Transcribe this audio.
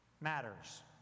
matters